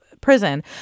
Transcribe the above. prison